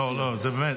לא, לתת לשר לענות.